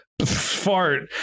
fart